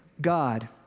God